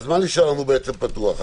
מה נשאר לנו פתוח?